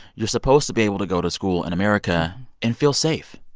you're supposed to be able to go to school in america and feel safe.